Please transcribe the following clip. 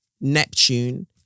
Neptune